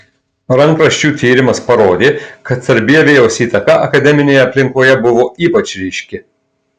rankraščių tyrimas parodė kad sarbievijaus įtaka akademinėje aplinkoje buvo ypač ryški